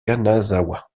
kanazawa